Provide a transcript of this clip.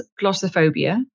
glossophobia